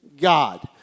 God